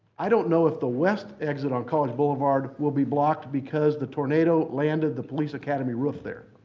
i don't know if the west exit on college boulevard will be blocked because the tornado landed the police academy roof there